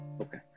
Okay